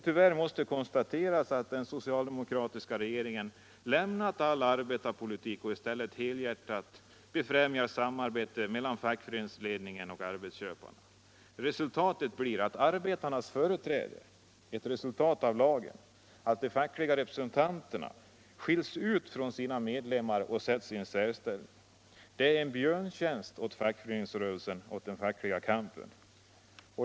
Tyvärr måste det konstateras att den socialdemokratiska regeringen lämnat all arbetarpolitik och i stället helhjärtat främjar samarbetet mellan fackföreningsledningen och arbetsköparna. Resultatet av lagen blir att de fackliga representanterna skiljes ut från sina medlemmar och sätts i särställning. Det är en björntjänst åt fackföreningsrörelsen, åt den fackliga kampen.